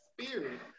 spirit